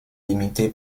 limité